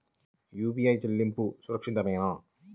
UPI చెల్లింపు సురక్షితమేనా?